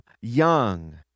young